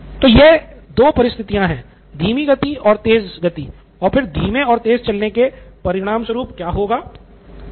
तो ये दो परिस्थितियाँ हैं धीमी गति और तेज गति और फिर धीमे और तेज चलने के परिणामस्वरूप क्या होता है